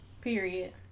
Period